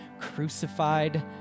crucified